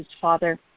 father